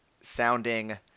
sounding